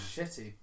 Shitty